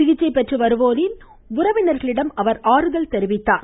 சிகிச்சை பெற்று வருவோரின் உறவினர்களிடம் அவர் ஆறுதல் தெரிவித்தார்